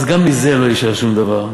אז גם מזה לא יישאר שום דבר,